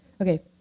Okay